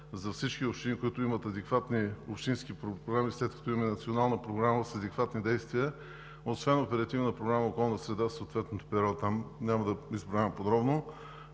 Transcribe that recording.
за всички общини, които имат адекватни общински програми, след като има национална програма с адекватни действия, освен Оперативна програма „Околна среда“, съответното перо там, няма да изброявам подробно,